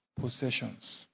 possessions